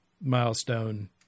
milestone